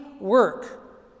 work